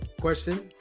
question